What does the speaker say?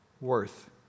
worth